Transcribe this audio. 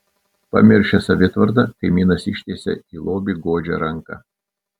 pamiršęs savitvardą kaimynas ištiesia į lobį godžią ranką